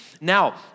Now